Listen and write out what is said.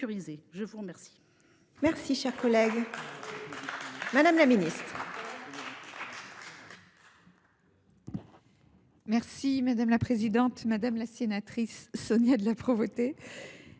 Je vous remercie,